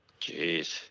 Jeez